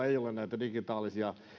ei ole näitä digitaalisia